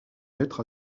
lettre